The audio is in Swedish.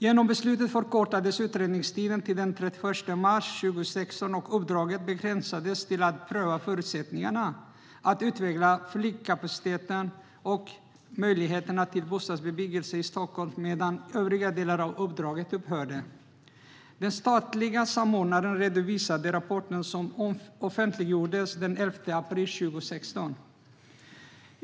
Genom beslutet förkortades utredningstiden till den 31 mars 2016, och uppdraget begränsades till att pröva förutsättningarna för att utveckla flygkapaciteten och möjligheterna till bostadsbebyggelse i Stockholm, medan övriga delar av uppdraget upphörde. Den statliga samordnaren redovisade rapporten, som offentliggjordes den 11 april 2016.